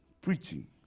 preaching